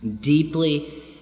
deeply